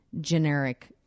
generic